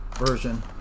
version